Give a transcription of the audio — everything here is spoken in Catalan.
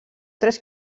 tres